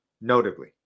notably